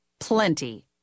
Plenty